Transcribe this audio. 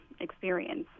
experience